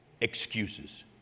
excuses